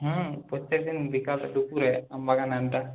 হ্যাঁ প্রত্যেকদিন বিকালে দুপুরে আম বাগানে আড্ডা